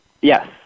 Yes